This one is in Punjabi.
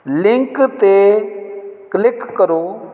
ਲਿੰਕ 'ਤੇ ਕਲਿੱਕ ਕਰੋ